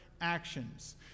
actions